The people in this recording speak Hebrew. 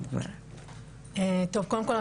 קודם כול,